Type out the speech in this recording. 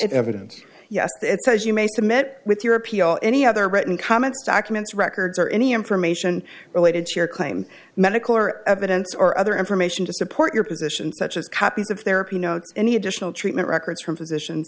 evidence yes it says you may submit with your appeal any other written comments documents records or any information related to your claim medical or evidence or other information to support your position such as copies of therapy notes any additional treatment records from physician